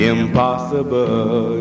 Impossible